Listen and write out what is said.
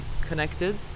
connected